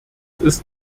ist